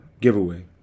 giveaway